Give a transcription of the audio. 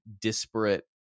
disparate